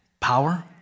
Power